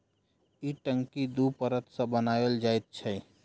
ई टंकी दू परत सॅ बनाओल जाइत छै